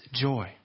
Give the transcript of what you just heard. joy